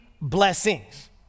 blessings